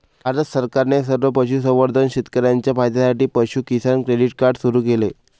भारत सरकारने सर्व पशुसंवर्धन शेतकर्यांच्या फायद्यासाठी पशु किसान क्रेडिट कार्ड सुरू केले